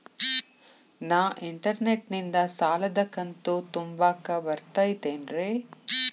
ನಾ ಇಂಟರ್ನೆಟ್ ನಿಂದ ಸಾಲದ ಕಂತು ತುಂಬಾಕ್ ಬರತೈತೇನ್ರೇ?